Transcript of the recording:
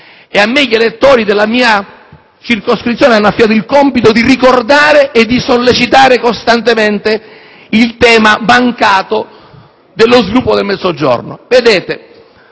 Gli elettori della mia circoscrizione mi hanno affidato il compito di ricordare e di sollecitare costantemente il tema mancato dello sviluppo del Mezzogiorno. Quanto